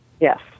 Yes